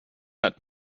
hat